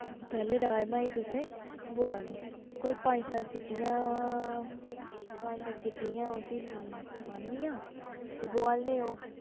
पैह्लैं राजमाएं तुसैं बोआलने कोई पंज सत सीटियां पंज सत सीटियां उस्सी आननियां ते बोआलने ओह्